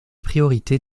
priorités